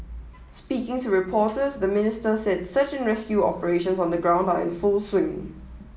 speaking to reporters the Minister said search and rescue operations on the ground are in full swing